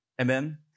Amen